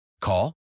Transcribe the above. Call